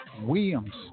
Williams